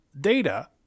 Data